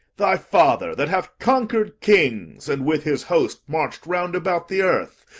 thy father, that hath conquer'd kings, and, with his host, march'd round about the earth,